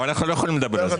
ואז אני אענה לך